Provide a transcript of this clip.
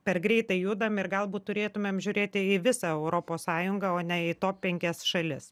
per greitai judam ir galbūt turėtumėm žiūrėti į visą europos sąjungą o ne į top penkias šalis